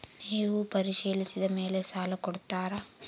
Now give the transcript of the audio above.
ನೇವು ಪರಿಶೇಲಿಸಿದ ಮೇಲೆ ಸಾಲ ಕೊಡ್ತೇರಾ?